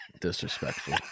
disrespectful